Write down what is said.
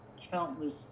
countless